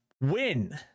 win